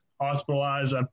hospitalized